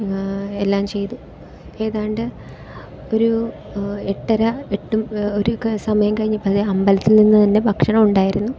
എല്ലാം ചെയ്തു ഏതാണ്ട് ഒരു എട്ടര എട്ട് ഒരു ക സമയം കഴിഞ്ഞപ്പോൾ അമ്പലത്തിൽ നിന്നുതന്നെ ഭക്ഷണം ഉണ്ടായിരുന്നു